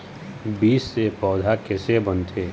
बीज से पौधा कैसे बनथे?